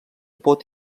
pot